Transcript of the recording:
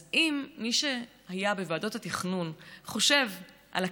אם מי שהיה בוועדות התכנון היה חושב על הקהילה,